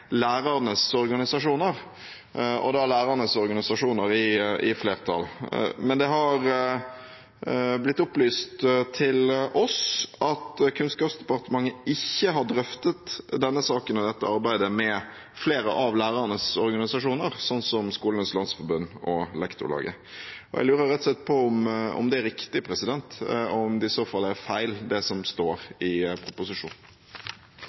lærernes organisasjoner» – og «lærernes organisasjoner» i flertall. Men det har blitt opplyst til oss at Kunnskapsdepartementet ikke har drøftet denne saken og dette arbeidet med flere av lærernes organisasjoner, som Skolenes landsforbund og Lektorlaget. Jeg lurer rett og slett på om det er riktig, og om det som står i proposisjonen, i så fall er feil. Det